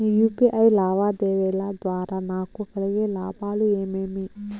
UPI లావాదేవీల ద్వారా నాకు కలిగే లాభాలు ఏమేమీ?